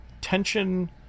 Tension